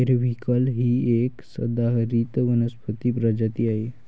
periwinkle ही एक सदाहरित वनस्पती प्रजाती आहे